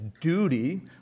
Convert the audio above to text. duty